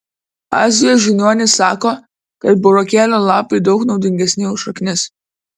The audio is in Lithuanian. azijos žiniuonys sako kad burokėlio lapai daug naudingesni už šaknis